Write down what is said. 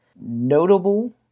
Notable